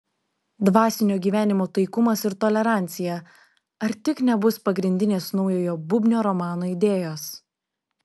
dvasinio gyvenimo taikumas ir tolerancija ar tik nebus pagrindinės naujojo bubnio romano idėjos